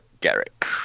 Garrick